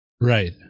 Right